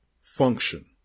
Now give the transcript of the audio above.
function